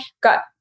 got